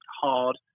hard